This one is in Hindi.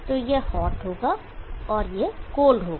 तो यह हॉट होगा और यह कोल्ड होगा